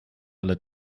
alle